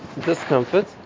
discomfort